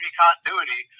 continuity